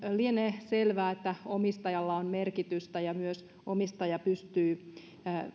lienee selvää että omistajalla on merkitystä ja myös omistaja pystyy